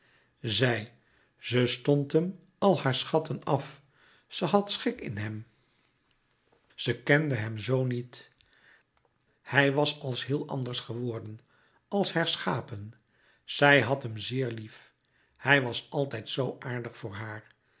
zij ze stond hem al haar schatten af ze had schik in hem ze kende hem zoo niet hij was als heel anders louis couperus metamorfoze geworden als herschapen zij had hem zeer lief hij was altijd zoo aardig voor haar